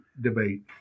debate